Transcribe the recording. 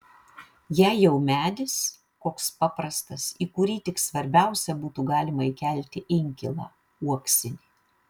jei jau medis koks paprastas į kurį tik svarbiausia būtų galima įkelti inkilą uoksinį